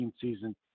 season